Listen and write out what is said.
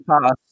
past